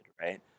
right